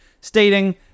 stating